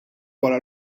wara